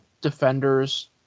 defenders